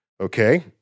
okay